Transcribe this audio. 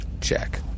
check